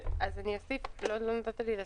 לא נתת לי לסיים.